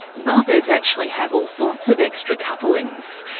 mothers actually have all sorts of extra couplings.